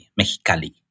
Mexicali